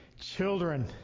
Children